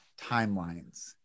timelines